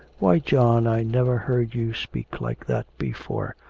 why, john, i never heard you speak like that before.